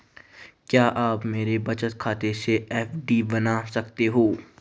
क्या आप मेरे बचत खाते से एफ.डी बना सकते हो?